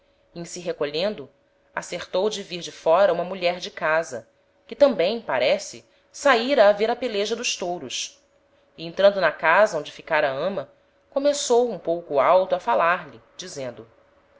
em se recolhendo acertou de vir de fóra uma mulher de casa que tambem parece saira a ver a peleja dos touros e entrando na casa onde ficara a ama começou um pouco alto a falar-lhe dizendo